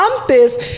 antes